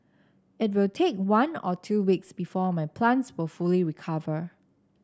it will take one or two weeks before my plants will fully recover